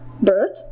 bird